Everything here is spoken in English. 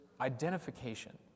identification